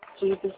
Jesus